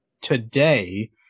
today